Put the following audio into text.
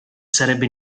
sarebbe